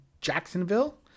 Jacksonville